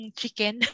chicken